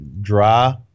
Dry